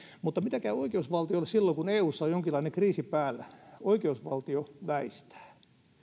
mutta miten käy oikeusvaltiolle silloin kun eussa on jonkinlainen kriisi päällä oikeusvaltio väistää